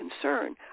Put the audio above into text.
concern